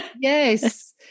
Yes